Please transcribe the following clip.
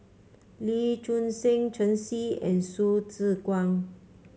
Lee Choon Seng Shen Xi and Hsu Tse Kwang